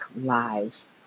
lives